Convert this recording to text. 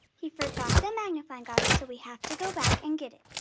he forgot the magnifying glass so we have to go back and get